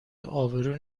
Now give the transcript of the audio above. ابرو